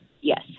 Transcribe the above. Yes